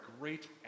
great